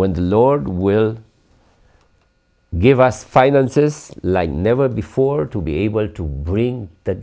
when the lord will give us finances like never before to be able to bring th